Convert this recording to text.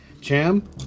Cham